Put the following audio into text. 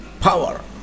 power